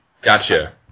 Gotcha